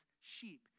sheep